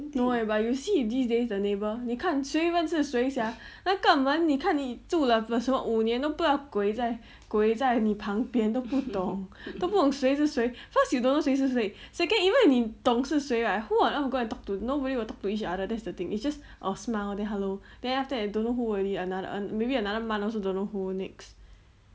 no eh but you see if these days the neighbour 你看谁认识谁 sia 那个门你看你住了什么五年都不知道什么鬼在鬼在你旁边都不懂都不懂谁是谁 first you don't know 谁是谁 second even if 你懂是谁 right who on earth will talk to nobody will talk to each other that's the thing it's just a smile then hello then after that you don't know who already another maybe another month also don't know who next